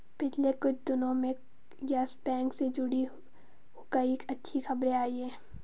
पिछले कुछ दिनो में यस बैंक से जुड़ी कई अच्छी खबरें आई हैं